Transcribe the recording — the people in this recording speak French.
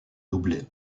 doublé